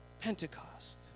Pentecost